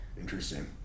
Interesting